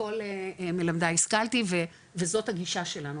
מכל מלמדי השכלתי וזאת הגישה שלנו,